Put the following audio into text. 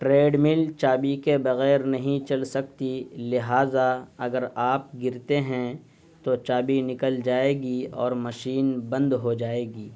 trade مل چابی کے بغیر نہیں چل سکتی لہٰذا اگر آپ گرتے ہیں تو چابی نکل جائے گی اور مشین بند ہو جائے گی